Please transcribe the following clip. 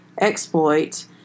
exploit